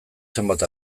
zenbait